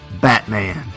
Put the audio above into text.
Batman